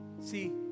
See